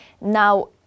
Now